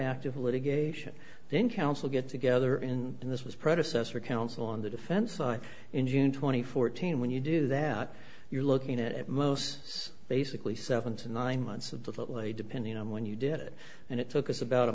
active litigation then counsel get together in and this was predecessor counsel on the defense side in june twenty fourth team when you do that you're looking at most basically seven to nine months of that lay depending on when you did it and it took us about a